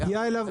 מגיעה אליו,